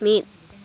ᱢᱤᱫ